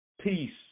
peace